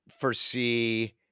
foresee